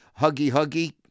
huggy-huggy